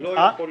רגע.